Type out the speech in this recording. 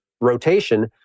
rotation